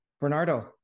Bernardo